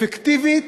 אפקטיבית,